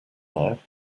now